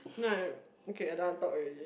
no okay I don't want to talk already